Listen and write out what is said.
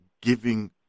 giving